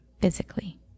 physically